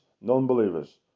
non-believers